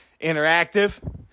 interactive